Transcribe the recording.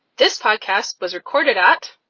this podcast was recorded at.